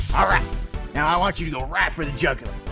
alright, now i want you to go right for the jugular.